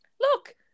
look